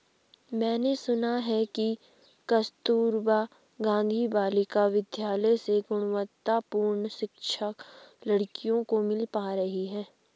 मैंने सुना है कि कस्तूरबा गांधी बालिका विद्यालय से गुणवत्तापूर्ण शिक्षा लड़कियों को मिल पा रही है